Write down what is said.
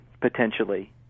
potentially